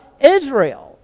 Israel